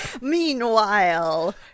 Meanwhile